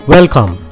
Welcome